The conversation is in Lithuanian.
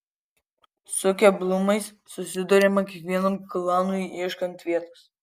su keblumais susiduriama kiekvienam klanui ieškant vietos